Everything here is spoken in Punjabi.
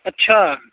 ਅੱਛਾ